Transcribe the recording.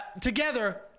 together